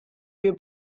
wir